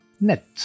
net